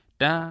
da